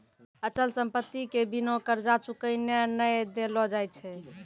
अचल संपत्ति के बिना कर्जा चुकैने नै देलो जाय छै